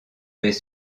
des